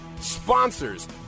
sponsors